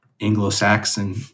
Anglo-Saxon